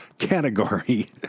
Category